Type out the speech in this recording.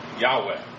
Yahweh